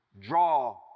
Draw